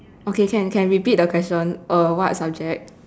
okay can can repeat the question uh what subject